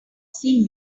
see